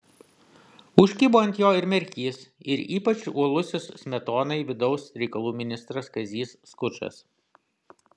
užkibo ant jo ir merkys ir ypač uolusis smetonai vidaus reikalų ministras kazys skučas